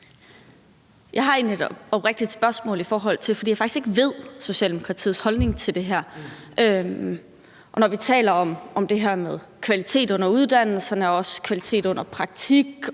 Jeg har et oprigtigt spørgsmål, fordi jeg faktisk ikke kender Socialdemokratiets holdning til det her: Når vi taler om det her med kvalitet under uddannelsen, kvalitet under praktikken,